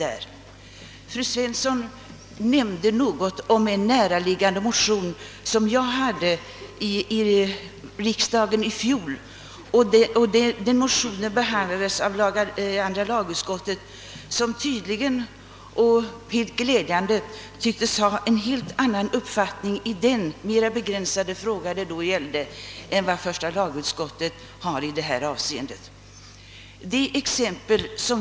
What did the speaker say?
Fru Svensson omnämnde en näraliggande motion som jag väckte i riksdagen i fjol. Den motionen behandlades av andra lagutskottet, som glädjande nog tycks hysa en helt annan uppfattning i den mera begränsade fråga som det då gällde än vad första lagutskottet nu gör.